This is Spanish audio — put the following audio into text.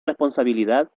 responsabilidad